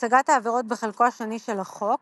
הצגת העבירות בחלקו השני של החוק